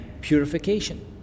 purification